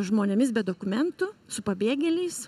žmonėmis be dokumentų su pabėgėliais